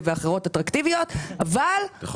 ואחרות אטרקטיביות אבל אתה תיקח הלוואה.